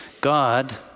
God